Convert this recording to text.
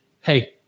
Hey